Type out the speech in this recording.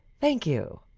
thank you.